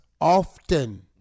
often